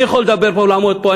אני יכול לדבר פה ולעמוד פה.